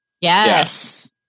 Yes